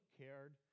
cared